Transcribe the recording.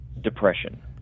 depression